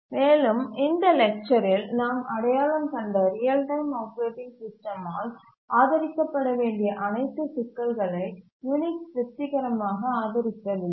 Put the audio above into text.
மேலும் இந்த லெக்சரில் நாம் அடையாளம் கண்ட ரியல் டைம் ஆப்பரேட்டிங் சிஸ்டமால் ஆதரிக்கப்பட வேண்டிய அனைத்து சிக்கல்களை யுனிக்ஸ் திருப்திகரமாக ஆதரிக்கவில்லை